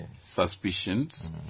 suspicions